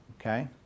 Okay